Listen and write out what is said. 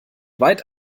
weit